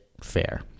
fair